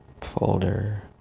Folder